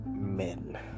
men